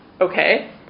Okay